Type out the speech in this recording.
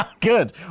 Good